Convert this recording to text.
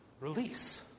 release